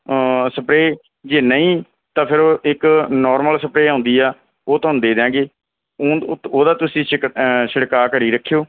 spray ਜੇ ਨਹੀਂ ਤਾਂ ਫਿਰ ਉਹ ਇੱਕ ਨੋਰਮਲ ਸਪਰੇ ਆਉਂਦੀ ਆ ਉਹ ਤੁਹਾਨੂੰ ਦੇ ਦਿਆਂਗੇ ਊਂ ਉਤ ਉਹਦਾ ਤੁਸੀਂ ਛਿਕ ਛਿੜਕਾਅ ਕਰੀ ਰੱਖਿਓ